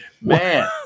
Man